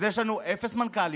אז יש לנו אפס מנכ"ליות,